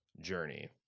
journey